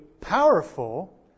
powerful